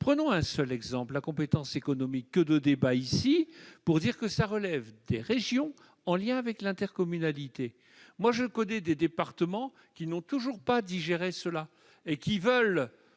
Prenons un seul exemple : la compétence économique. Que de débats ici pour dire qu'elle relève des régions, en lien avec l'intercommunalité ! Je connais des départements qui ne l'ont toujours pas digéré et qui veulent